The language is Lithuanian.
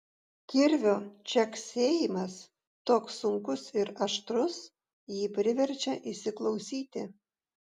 kirvio čeksėjimas toks sunkus ir aštrus jį priverčia įsiklausyti